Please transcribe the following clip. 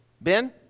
Ben